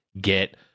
get